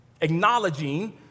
acknowledging